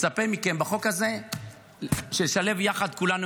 בחוק הזה אני מצפה מכם שנשלב יחד כולנו